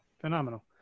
Phenomenal